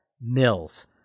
Mills